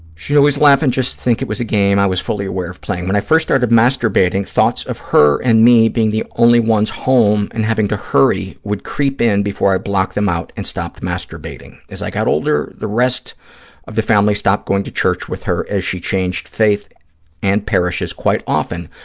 she'd always laugh and just think it was a game i was fully aware of playing. when i first started masturbating, thoughts of her and me being the only ones home and having to hurry would creep in before i'd block them out and stopped masturbating. as i got older, the rest of the family stopped going to church with her, as she changed faiths and parishes quite often.